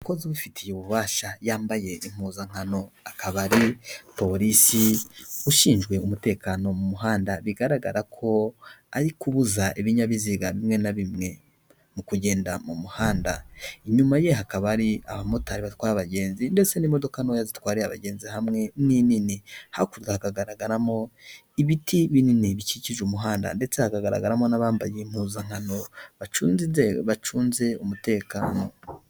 Umukozi ubifitiye ububasha, yambaye impuzankano, akaba ari polisi ushinzwe umutekano mu muhanda, bigaragara ko ari kubuza ibinyabiziga bimwe na bimwe mu kugenda mu muhanda, inyuma ye hakaba hari abamotari batwara abagenzi ndetse n'imodoka ntoya zitwariye abagenzi hamwe n'inini, hakurya hakagaragaramo ibiti binini bikikije umuhanda ndetse hagaragaramo n'abambaye impuzankano bacunze umutekano.